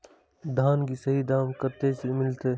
धान की सही दाम कते मिलते?